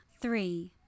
three